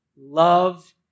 Love